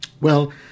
Well